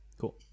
Cool